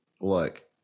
look